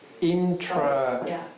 intra